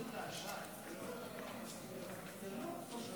המליאה רוצה לשמוע את חברת הכנסת.